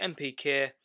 MPK